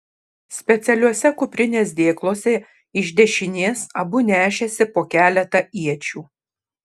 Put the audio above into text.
specialiuose kuprinės dėkluose iš dešinės abu nešėsi po keletą iečių